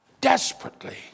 desperately